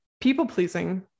people-pleasing